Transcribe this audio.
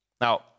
Now